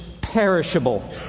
perishable